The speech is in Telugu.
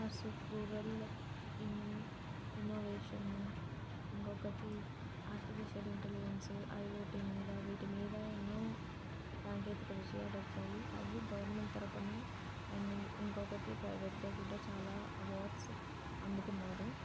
పసు ప్లూరల్ ఇన్ ఇన్నోవేషన్ ఇంకొకటి ఆర్టిఫిషియల్ ఇంటెలిజెన్సు ఐఓటీ మీద వీటి మీద ఎన్నో సాంకేతిక విజయాలు వచ్చాయి అవి గవర్నమెంట్ తరపున అండ్ ఇం ఇంకొకటి ప్రైవేట్గా కూడా చాలా అవార్డ్స్ అందుకున్నారు